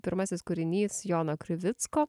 pirmasis kūrinys jono krivicko